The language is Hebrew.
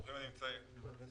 ברוכים הנמצאים.